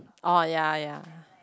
oh ya ya